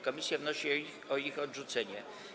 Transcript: Komisja wnosi o ich odrzucenie.